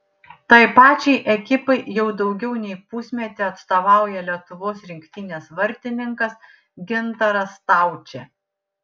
tai pačiai ekipai jau daugiau nei pusmetį atstovauja lietuvos rinktinės vartininkas gintaras staučė